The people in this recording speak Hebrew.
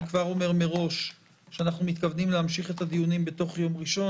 אני כבר אומר מראש שאנחנו מתכוונים להמשיך את הדיון בתוך יום ראשון,